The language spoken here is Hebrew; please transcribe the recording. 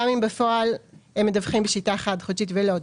גם אם בפועל הם מדווחים בשיטה חד-חודשית ולא דו-חודשית.